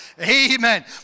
Amen